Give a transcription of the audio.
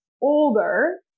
older